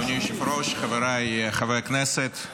אדוני היושב-ראש, חבריי חברי הכנסת,